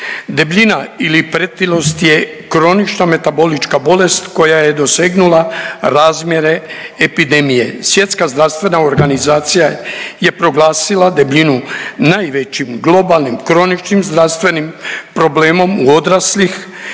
Debljina ili pretilost je kronično-metabolička bolest koja je dosegnula razmjere epidemije. SZO je proglasila debljinu najvećim globalnim kroničnim zdravstvenim problemom u odraslih